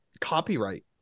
copyright